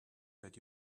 that